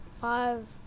five